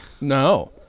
No